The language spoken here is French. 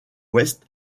ouest